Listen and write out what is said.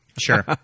Sure